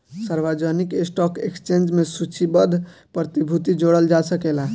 सार्वजानिक stock exchange में सूचीबद्ध प्रतिभूति जोड़ल जा सकेला